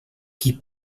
qui